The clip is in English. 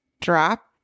drop